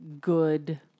good